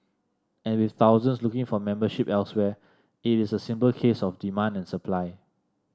and with thousands looking for membership elsewhere it is a simple case of demand and supply